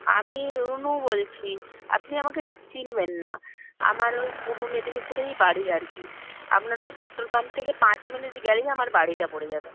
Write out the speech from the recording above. আমি রুনু বলছি আপনি আমাকে ঠিক চিনবেন না আমার ওই পূর্ব মেদিনীপুরেই বাড়ি আর কি আপনার ওই পেট্রোল পাম্প থেকে পাঁচ মিনিট গেলেই আমার বাড়িটা পড়ে যাবে